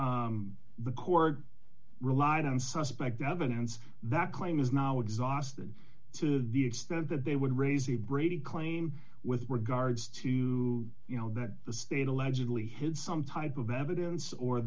the the cord relied on suspect evidence that claim is now exhausted to the extent that they would raise the brady claim with regards to you know that the state allegedly hit some type of evidence or